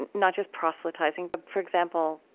and not just proselytizing, but, for example,